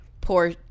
poor